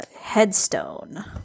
headstone